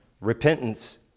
Repentance